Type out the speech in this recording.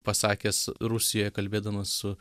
pasakęs rusijoje kalbėdamas su